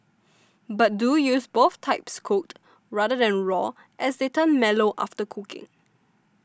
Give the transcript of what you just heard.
but do use both types cooked rather than raw as they turn mellow after cooking